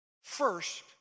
First